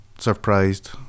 surprised